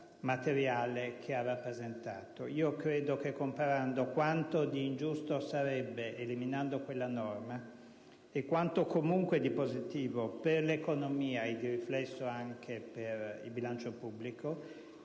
materiale che lei ha rappresentato. Io credo che, comparando quanto vi sarebbe di ingiusto eliminando quella norma e quanto comunque di positivo per l'economia e, di riflesso, anche per il bilancio pubblico,